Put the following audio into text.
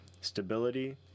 stability